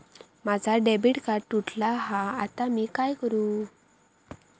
माझा debit card तुटला हा आता मी काय करू?